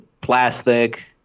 plastic